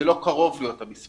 זה לא קרוב להיות המספר.